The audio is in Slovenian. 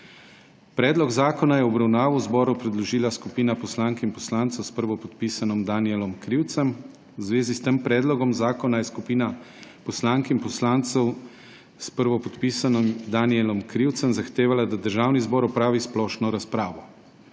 Predlog zakona je v obravnavo zboru predložila skupina poslank in poslancev s prvopodpisanim Danijelom Krivcem. V zvezi s tem predlogom zakona je skupina poslank in poslancev s prvopodpisanim Danijelom Krivcem zahtevala, da Državni zbor opravi splošno razpravo.